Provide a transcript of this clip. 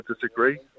disagree